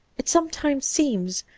it sometimes seems,